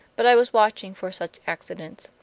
but i was watching for such accidents.